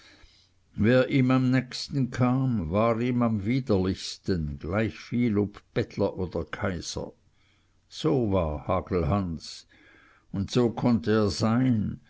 wir ihm am nächsten kam war ihm am widerlichsten gleich viel ob bettler oder kaiser so war hagelhans und so konnte er sein